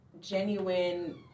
genuine